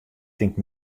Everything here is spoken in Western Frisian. tinkt